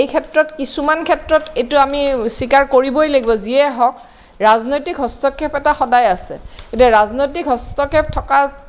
এইক্ষেত্ৰত কিছুমান ক্ষেত্ৰত এইটো আমি স্বীকাৰ কৰিবই লাগিব যিয়ে হওক ৰাজনৈতিক হস্তক্ষেপ এটা সদায় আছে কিন্তু ৰাজনৈতিক হস্তক্ষেপ থকা